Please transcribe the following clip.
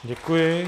Děkuji.